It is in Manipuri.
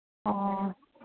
ꯑꯣ